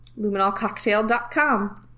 Luminolcocktail.com